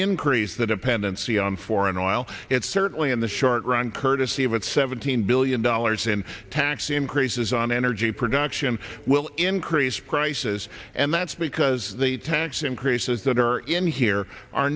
increase the dependency on foreign oil it certainly in the short run courtesy of it seventeen billion dollars in tax increases on energy production will increase prices and that's because the tax increases that are in here are